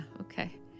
okay